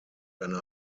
eine